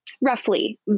Roughly